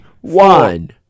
One